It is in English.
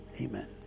Amen